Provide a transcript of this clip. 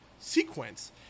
sequence